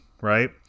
right